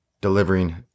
delivering